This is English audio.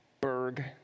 Berg